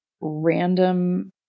random